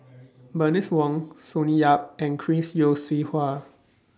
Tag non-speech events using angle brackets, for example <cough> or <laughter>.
<noise> Bernice Wong Sonny Yap and Chris Yeo Siew Hua